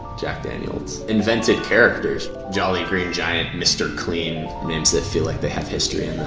jack daniels. invented characters, jolly green giant, mr. clean. names that feel like they have history in them,